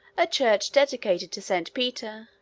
a church dedicated to saint peter,